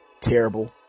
terrible